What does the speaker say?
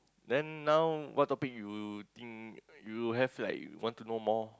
then now what topic you think you have like want to know more